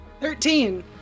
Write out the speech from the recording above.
Thirteen